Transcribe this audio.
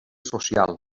social